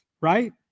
right